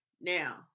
Now